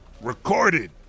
recorded